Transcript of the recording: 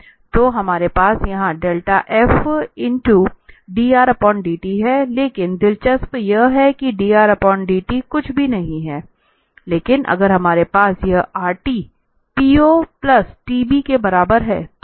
तो हमारे पास यहां delta f into dr dt है लेकिन दिलचस्प यह है कि drdt कुछ भी नहीं है लेकिन अगर हमारे पास यह rt Po tb के बराबर है